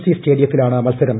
C സ്റ്റേഡിയത്തിൽ ആണ് മത്സരം